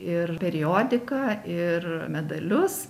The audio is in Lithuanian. ir periodiką ir medalius